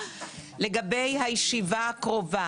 לגבי הישיבה הקרובה.